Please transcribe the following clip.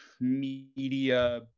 media